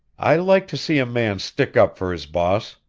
i like to see a man stick up for his boss,